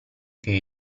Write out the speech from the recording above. che